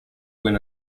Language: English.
win